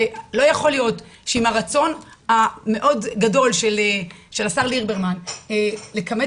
ולא יכול להיות שעם הרצון מאוד גדול של השר ליברמן לכמת